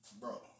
Bro